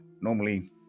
Normally